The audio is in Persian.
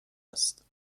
است